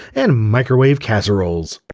and microwave casseroles.